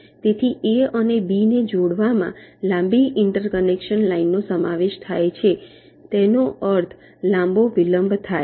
તેથી A અને B ને જોડવામાં લાંબી ઇન્ટર કનેક્શન લાઇનનો સમાવેશ થાય છે તેનો અર્થ લાંબો વિલંબ થાય છે